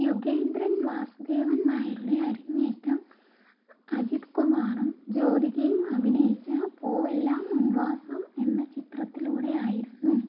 യുഗേന്ദ്രൻ വാസുദേവൻ നായരുടെ അരങ്ങേറ്റം അജിത് കുമാറും ജ്യോതികയും അഭിനയിച്ച പൂവെല്ലാം ഉൻ വാസം എന്ന ചിത്രത്തിലൂടെയായിരുന്നു